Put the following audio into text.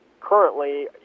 currently